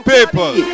People